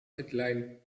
headline